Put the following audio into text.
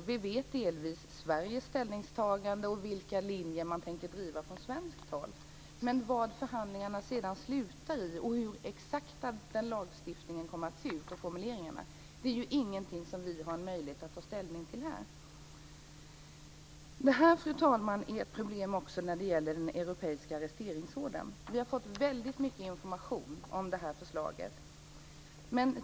Delvis vet vi Sveriges ställningstagande och vilka linjer man tänker driva från svenskt håll, men vad förhandlingarna sedan slutar i och exakt hur lagstiftningen, formuleringarna, kommer att se ut har vi ingen möjlighet att här ta ställning till. Fru talman! Det är också problem när det gäller den europeiska arresteringsordern. Vi har fått väldigt mycket information om detta förslag.